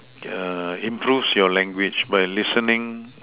improves your language by listening